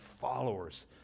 followers